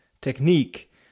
technique